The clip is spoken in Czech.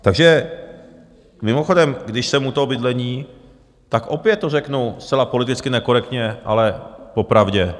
Takže mimochodem, když jsem u toho bydlení, tak opět to řeknu zcela politicky nekorektně, ale popravdě.